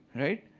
right?